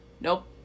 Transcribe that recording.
Nope